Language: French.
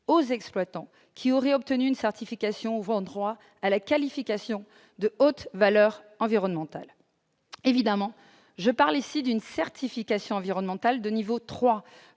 aux exploitants qui auraient obtenu une certification ouvrant droit à la qualification haute valeur environnementale. Évidemment, je parle ici d'une certification environnementale de niveau 3,